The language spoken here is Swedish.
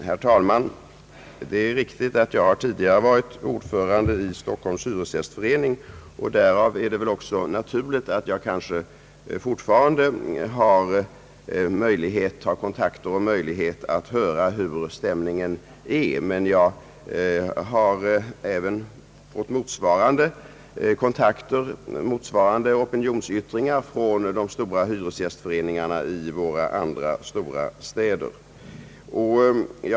Herr talman! Det är riktigt att jag tidigare varit ordförande i Stockholms hyresgästförening, och därför är det väl också naturligt att jag fortfarande har kontakter som ger mig möjlighet att höra hur ställningen är. Jag har emellertid fått motsvarande upplysningar från hyresgästföreningarna i våra andra stora städer.